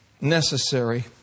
necessary